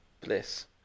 Bliss